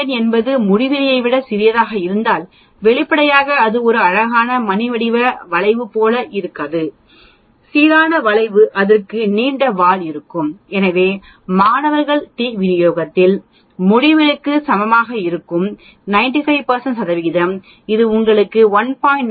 N என்பது முடிவிலியை விட சிறியதாக இருந்தால் வெளிப்படையாக அது ஒரு அழகான மணி வடிவ வளைவு போல இருக்காது சீரான வளைவு அதற்கு நீண்ட வால் இருக்கும் எனவே மாணவர் விநியோகத்தில் முடிவிலிக்கு சமமாக இருக்கும்போது 95 சதவிகிதம் இது உங்களுக்கு 1